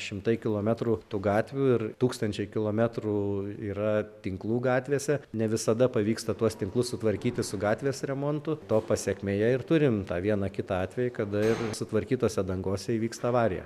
šimtai kilometrų tų gatvių ir tūkstančiai kilometrų yra tinklų gatvėse ne visada pavyksta tuos tinklus sutvarkyti su gatvės remontu to pasekmėje ir turim tą vieną kitą atvejį kada ir sutvarkytose dangose įvyksta avarija